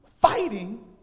fighting